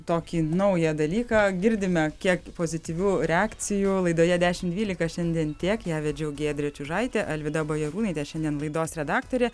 tokį naują dalyką girdime kiek pozityvių reakcijų laidoje dešimt dvylika šiandien tiek ją vedžiau giedrė čiužaitė alvyda bajarūnaitė šiandien laidos redaktorė